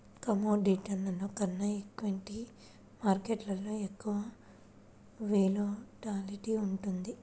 కమోడిటీస్లో కన్నా ఈక్విటీ మార్కెట్టులో ఎక్కువ వోలటాలిటీ ఉంటుంది